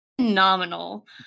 Phenomenal